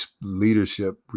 leadership